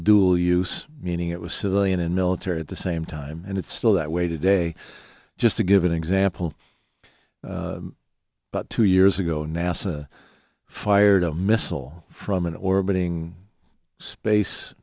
dual use meaning it was civilian and military at the same time and it's still that way today just to give an example but two years ago nasa fired a missile from an orbiting space